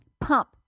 pump